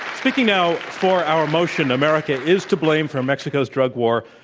speaking now for our motion, america is to blame for mexico's drug war,